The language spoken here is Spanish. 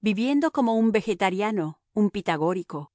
viviendo como un vegetariano un pitagórico